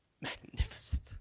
magnificent